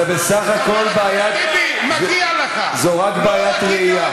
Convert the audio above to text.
זה בסך הכול בעיית, זו רק בעיית ראייה.